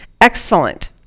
Excellent